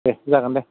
देह जागोन दे